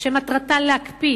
שמטרתה להקפיא